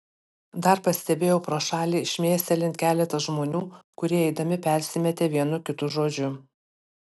dar pastebėjau pro šalį šmėstelint keletą žmonių kurie eidami persimetė vienu kitu žodžiu